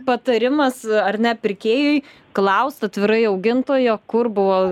patarimas ar ne pirkėjui klaust atvirai augintojo kur buvo